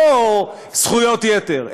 לא זכויות יתר,